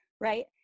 Right